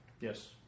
Yes